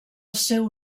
seu